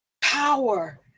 power